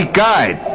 guide